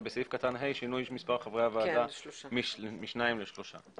ובסעיף קטן (ה) שינוי מספר חברי הוועדה משניים לשלושה.